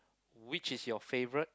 which is your favourite